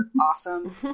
awesome